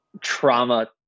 trauma